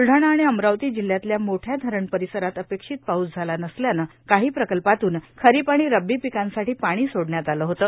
बुलडाणा आणि अमरावती जिल्ह्यातल्या मोठ्या धरण परिसरात अपेक्षित पाऊस झाला नसल्यानं काही प्रकल्पांतून खरीप आणि रब्बी पिकांसाठी पाणी सोडण्यात आलं होतं